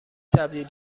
تبدیل